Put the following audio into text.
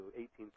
18%